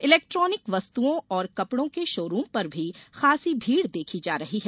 electronic वस्तुओं और कपड़ों के शोरूम पर भी खासी भीड़ देखी जा रही है